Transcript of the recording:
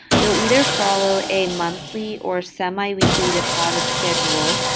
you'll either follow a monthly or semiweekly deposit schedule,